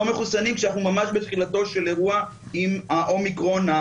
מחוסנים כשאנחנו ממש בתחילתו של אירוע עם האומיקרון,